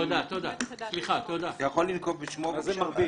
אתה יכול לנקוב בשמו בבקשה?